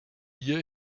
year